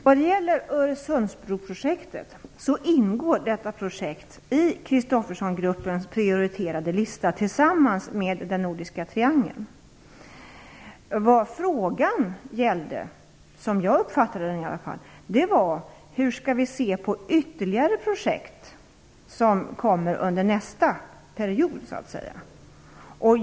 Fru talman! Öresundsbroprojektet ingår i Christophersengruppens prioriterade lista tillsammans med den nordiska triangeln. Frågan gällde, som jag uppfattade den, hur vi skall se på ytterligare projekt som kommer under nästa period så att säga.